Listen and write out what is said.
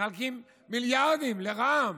מחלקים מיליארדים לרע"מ,